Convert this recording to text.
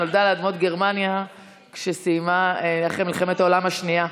נולדה על אדמת גרמניה אחרי מלחמת העולם השנייה.